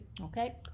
Okay